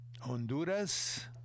Honduras